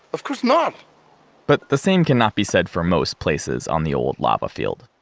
of course not but the same cannot be said for most places on the old lava field,